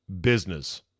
business